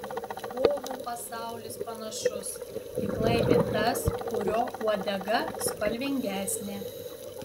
povų pasaulis panašus tik laimi tas kurio uodega spalvingesnė